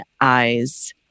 eyes